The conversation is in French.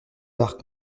l’art